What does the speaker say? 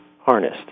harnessed